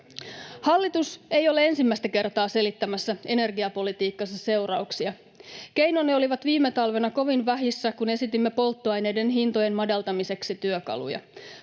Hallitus ei ole ensimmäistä kertaa selittämässä energiapolitiikkansa seurauksia. Keinonne olivat viime talvena kovin vähissä, kun esitimme työkaluja polttoaineiden hintojen madaltamiseksi. Lopulta